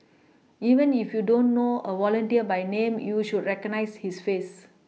even if you don't know a volunteer by name you should recognise his face